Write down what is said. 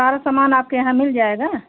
और सामान आपके यहाँ मिल जाएगा